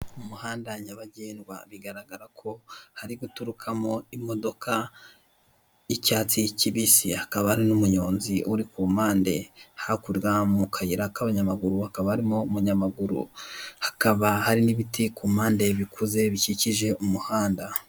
Inzu mberabyombi iteraniyemo abantu binjyeri zitandukanye, murabo bantu harimo abagore ndetse n'abagabo n'undi uhagaze imbere yabo atanga ikiganiro mu bwirwaruhame. Inyuma ye hakaba hari ibikoresho by'isakaza mashusho ndetse n'ibindi by'amamaza icyo bari kuvuga.